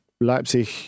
Leipzig